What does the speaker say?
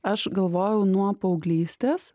aš galvojau nuo paauglystės